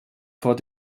vor